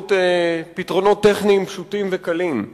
באמצעות פתרונות טכניים פשוטים וקלים.